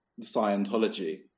Scientology